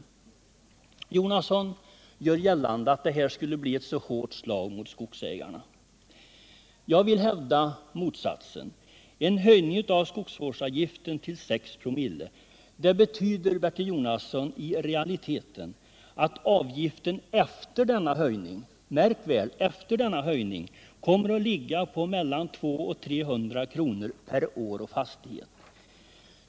Bertil Jonasson gör gällande att det här skulle bli ett hårt slag mot skogsägarna. Jag vill hävda motsatsen. En höjning av skogsvårdsavgiften till 6 ?/oo betyder, Bertil Jonasson, i realiteten att avgiften efter höjningen — märk väl: efter denna höjning — kommer att ligga på mellan 200 och 300 kr. per år och fastighet.